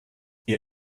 ihr